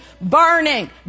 burning